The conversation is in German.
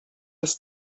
des